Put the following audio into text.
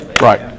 Right